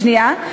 השנייה,